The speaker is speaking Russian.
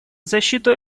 защиту